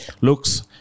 looks